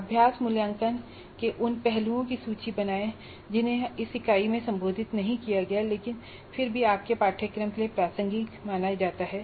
अभ्यास मूल्यांकन के उन पहलुओं की सूची बनाएं जिन्हें इस इकाई में संबोधित नहीं किया गया है लेकिन फिर भी आपके पाठ्यक्रम के लिए प्रासंगिक माना जाता है